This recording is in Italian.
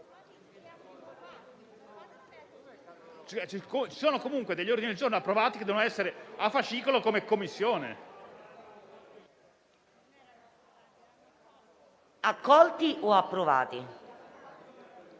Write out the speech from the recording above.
Ci sono comunque degli ordini del giorno approvati, che devono essere presenti nel fascicolo, come Commissione. PRESIDENTE. Accolti o approvati?